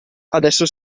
adesso